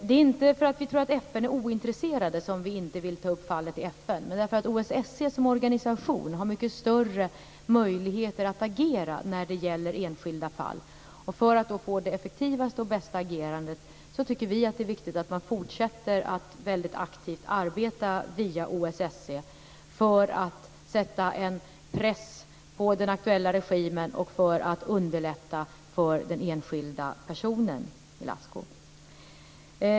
Det är inte för att vi tror att FN är ointresserat som vi inte vill ta upp fallet i FN utan därför att OSSE som organisation har mycket större möjligheter att agera när det gäller enskilda fall. Och för att då få det effektivaste och bästa agerandet så tycker vi att det är viktigt att man fortsätter att väldigt aktivt arbeta via OSSE för att sätta en press på den aktuella regimen och för att underlätta för den enskilda personen Ilascu.